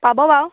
পাব বাৰু